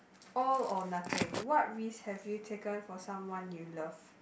all or nothing what risk have you taken for someone you love